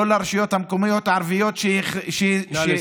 לא לרשויות המקומיות הערביות שהכריזו,